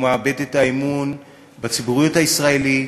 והוא מאבד את האמון בציבוריות הישראלית.